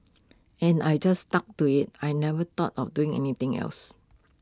and I just stuck to IT I never thought of doing anything else